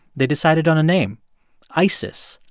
they decided on a name isis,